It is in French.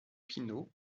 pineau